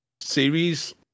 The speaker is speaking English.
series